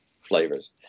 flavors